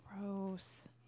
gross